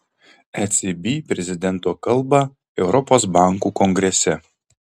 ecb prezidento kalbą europos bankų kongrese